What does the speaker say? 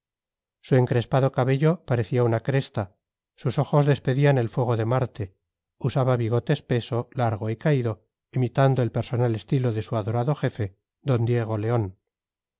su encrespado cabello parecía una cresta sus ojos despedían el fuego de marte usaba bigote espeso largo y caído imitando el personal estilo de su adorado jefe don diego león